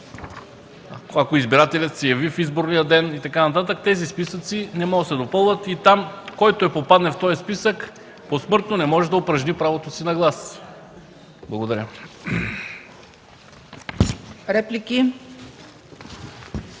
ако избирателят се яви в изборния ден и така нататък, тези не могат да се допълват. Който попадне в такъв списък, посмъртно не може да упражни правото си на глас. Благодаря.